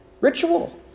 ritual